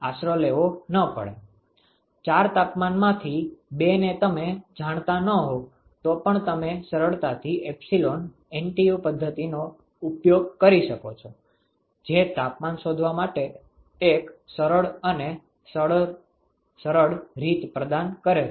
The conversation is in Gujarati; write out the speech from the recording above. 4 તાપમાનમાંથી 2ને તમે જાણતા ન હો તો પણ તમે સરળતાથી એપ્સીલોન NTU પદ્ધતિનો ઉપયોગ કરી શકો છો જે તાપમાન શોધવા માટે એક સરસ અને સરળ રીત પ્રદાન કરે છે